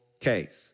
case